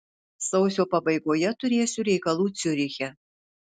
sausio pabaigoje turėsiu reikalų ciuriche